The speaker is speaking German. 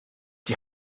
die